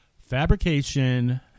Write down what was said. fabrication